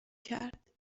کرد